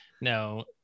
no